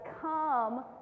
come